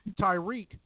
Tyreek